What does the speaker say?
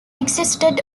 existed